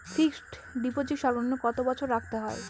Fixed deposit সর্বনিম্ন কত বছর রাখতে হয়?